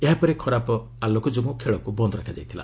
ଏହାପରେ ଖରାପ ଆଲୋକ ଯୋଗୁଁ ଖେଳକୁ ବନ୍ଦ୍ ରଖାଯାଇଥିଲା